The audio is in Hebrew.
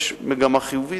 יש מגמה חיובית,